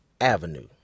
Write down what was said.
Avenue